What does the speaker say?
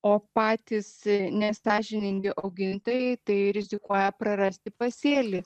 o patys nesąžiningi augintojai tai rizikuoja prarasti pasėlį